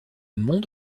mont